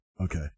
Okay